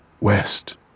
West